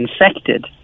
infected